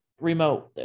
remote